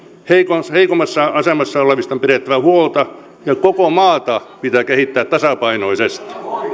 heikommassa heikommassa asemassa olevista on pidettävä huolta ja koko maata pitää kehittää tasapainoisesti